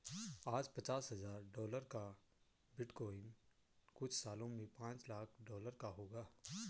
आज पचास हजार डॉलर का बिटकॉइन कुछ सालों में पांच लाख डॉलर का होगा